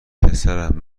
پسرم